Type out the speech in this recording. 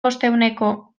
bostehuneko